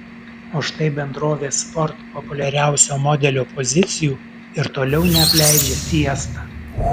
o štai bendrovės ford populiariausio modelio pozicijų ir toliau neapleidžia fiesta